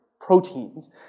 proteins